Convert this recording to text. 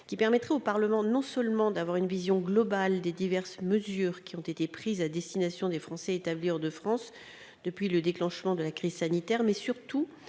qui permettrait au Parlement, non seulement d'avoir une vision globale des diverses mesures qui ont été prises à destination des Français établis hors de France depuis le déclenchement de la crise sanitaire, mais surtout